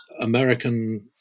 American